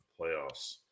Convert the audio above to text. playoffs